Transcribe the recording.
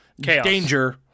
danger